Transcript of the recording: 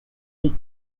the